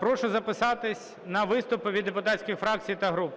Прошу записатись на виступи від депутатських фракцій та груп.